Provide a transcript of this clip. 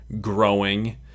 growing